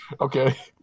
Okay